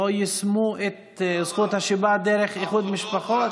יישמו את זכות השיבה דרך איחוד משפחות?